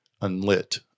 unlit